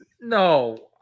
No